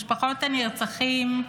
משפחות הנרצחים,